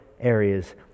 areas